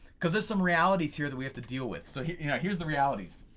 because there's some realities here that we have to deal with, so yeah here's the realities.